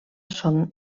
són